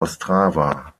ostrava